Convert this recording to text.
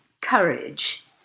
courage